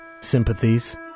sympathies